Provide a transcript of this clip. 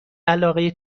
علاقه